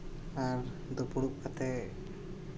ᱟᱨ ᱫᱩᱯᱲᱩᱵ ᱠᱟᱛᱮᱫ